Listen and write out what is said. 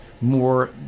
more